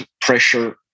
pressure